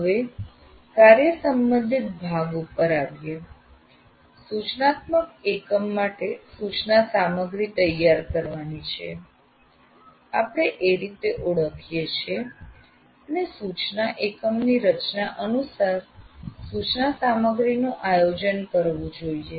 હવે કાર્યસંબંધિત ભાગ પર આવીએ સૂચનાત્મક એકમ માટે સૂચના સામગ્રી તૈયાર કરવાની છે આપણે એ રીતે ઓળખીએ છીએ અને સૂચના એકમની રચના અનુસાર સૂચના સામગ્રીનું આયોજન કરવું જોઈએ